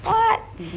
what